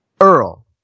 Earl